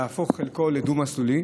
להפוך את חלקו לדו-מסלולי,